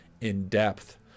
in-depth